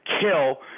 kill